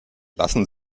lassen